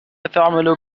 تعمل